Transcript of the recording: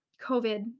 COVID